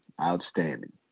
Outstanding